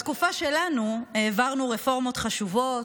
בתקופה שלנו העברנו רפורמות חשובות,